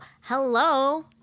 hello